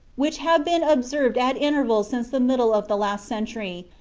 which have been observed at intervals since the middle of the last century,